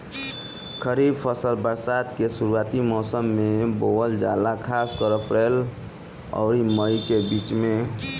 खरीफ फसल बरसात के शुरूआती मौसम में बोवल जाला खासकर अप्रैल आउर मई के बीच में